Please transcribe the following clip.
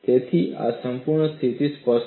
તેથી આ પૂરતી સ્થિતિ સ્પષ્ટ કરે છે